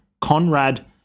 conrad